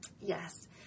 yes